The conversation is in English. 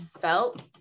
felt